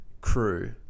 crew